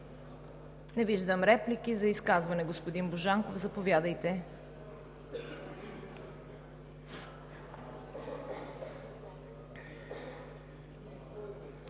Не виждам реплики. За изказване – господин Божанков, заповядайте.